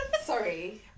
Sorry